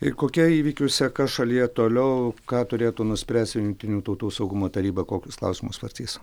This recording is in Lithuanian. ir kokia įvykių seka šalyje toliau ką turėtų nuspręsti jungtinių tautų saugumo taryba kokius klausimus svarstys